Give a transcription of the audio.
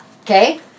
Okay